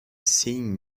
seeing